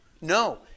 No